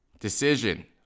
decision